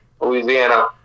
Louisiana